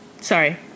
Sorry